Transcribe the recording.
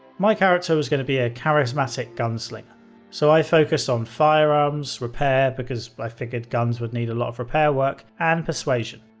my character was going to be a charismatic gunslinger so i focused on firearms, repair, because i figured the guns would need a lot of repair work, and persuasion.